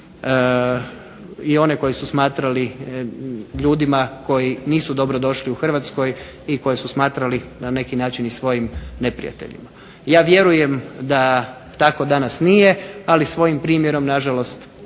i one koje su smatrali ljudima koji nisu dobrodošli u Hrvatskoj i koje su smatrali na neki način i svojim neprijateljima. Ja vjerujem da tako danas nije, ali svojim primjerom nažalost